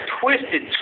twisted